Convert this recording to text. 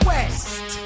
West